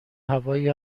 هوایی